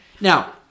Now